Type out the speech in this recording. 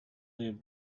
live